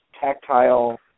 tactile